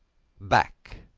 back,